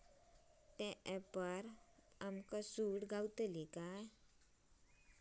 त्या ऍपवर आमका सूट गावतली काय?